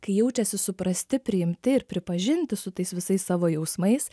kai jaučiasi suprasti priimti ir pripažinti su tais visais savo jausmais